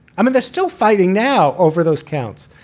i mean, there's still fighting now over those counts.